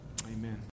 Amen